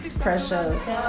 Precious